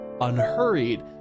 unhurried